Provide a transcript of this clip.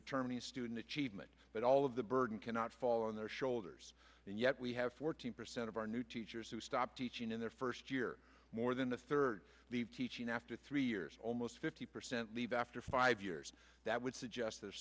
determining student achievement but all of the burden cannot fall on their shoulders and yet we have fourteen percent of our new teachers who stopped teaching in their first year more than the third teaching after three years almost fifty percent leave after five years that would suggest there's